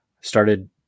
started